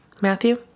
Matthew